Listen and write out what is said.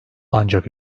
ancak